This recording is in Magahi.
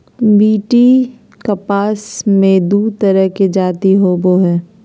बी.टी कपास मे दू तरह के जाति होबो हइ